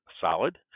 solid